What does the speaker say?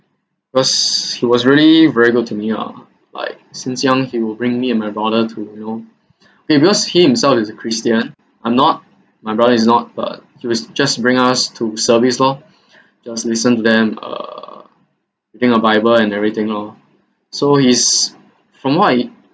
cause he was really very good to me ah like since young he will bring me and my brother to you know be because he himself is a christian I'm not my brother is not but he will just bring us to service loh just listen to them err reading a bible and everything lor so he's from what he